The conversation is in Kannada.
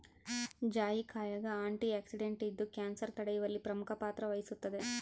ಜಾಯಿಕಾಯಾಗ ಆಂಟಿಆಕ್ಸಿಡೆಂಟ್ ಇದ್ದು ಕ್ಯಾನ್ಸರ್ ತಡೆಯುವಲ್ಲಿ ಪ್ರಮುಖ ಪಾತ್ರ ವಹಿಸುತ್ತದೆ